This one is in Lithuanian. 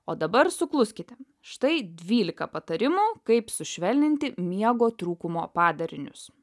o dabar sukluskite štai dvylika patarimų kaip sušvelninti miego trūkumo padarinius